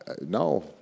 No